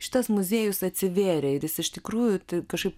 šitas muziejus atsivėrė ir jis iš tikrųjų tai kažkaip